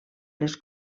les